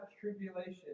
tribulation